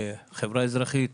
חברה אזרחית.